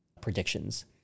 predictions